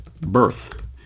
birth